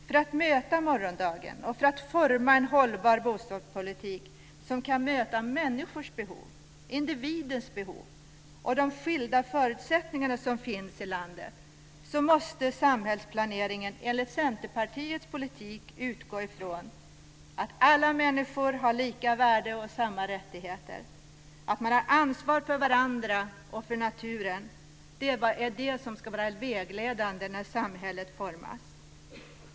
För att möta morgondagen och för att forma en hållbar bostadspolitik som kan möta människors behov, individens behov, och de skilda förutsättningarna som finns i landet, måste samhällsplaneringen enligt Centerpartiets politik utgå från att alla människor har lika värde och samma rättigheter, att man har ansvar för varandra och för naturen. Det är det som ska vara vägledande när samhället formas.